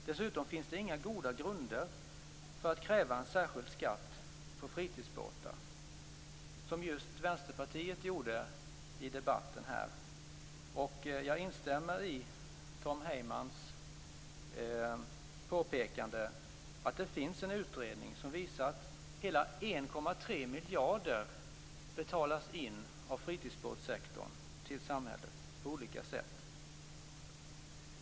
Dessutom finns det inga goda grunder för att kräva en särskild skatt på fritidsbåtar, som gjorts av Vänsterpartiet i debatten här. Jag instämmer i Tom Heymans påpekande att en utredning visat att hela 1,3 miljarder kronor på olika sätt betalas in till samhället av fritidsbåtssektorn.